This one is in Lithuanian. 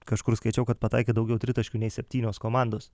kažkur skaičiau kad pataikė daugiau tritaškių nei septynios komandos